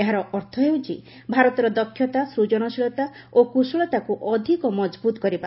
ଏହାର ଅର୍ଥ ହେଉଛି ଭାରତର ଦକ୍ଷତା ସୃଜନଶୀଳତା ଓ କୁଶଳତାକୁ ଅଧିକ ମଜବୁତ କରିବା